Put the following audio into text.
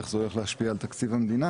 איך זה הולך להשפיע על תקציב המדינה